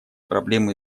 проблемы